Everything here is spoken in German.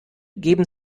geben